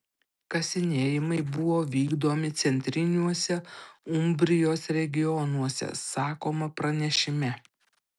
kasinėjimai buvo vykdomi centriniuose umbrijos regionuose sakoma pranešime